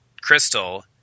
crystal